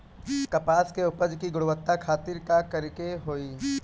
कपास के उपज की गुणवत्ता खातिर का करेके होई?